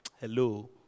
Hello